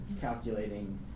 calculating